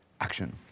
action